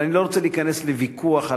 אבל אני לא רוצה להיכנס לוויכוח על